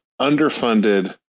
underfunded